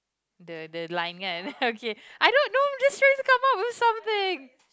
the the line ya kan okay I don't know I'm just trying to come up with something